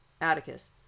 Atticus